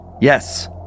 Yes